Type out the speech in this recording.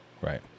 Right